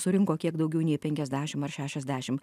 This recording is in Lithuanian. surinko kiek daugiau nei penkiasdešim ar šešiasdešim